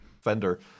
fender